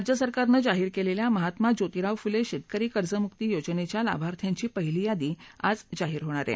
राज्य सरकारने जाहीर केलेल्या महात्मा ज्योतिराव फुले शेतकरी कर्जमुक्ती योजनेच्या लाभार्थ्यांची पहिली यादी आज जाहीर होणार आहे